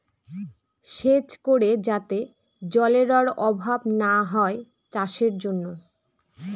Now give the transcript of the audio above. সেচ করে যাতে জলেরর অভাব না হয় চাষের জন্য